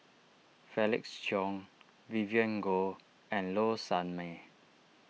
Felix Cheong Vivien Goh and Low Sanmay